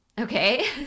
okay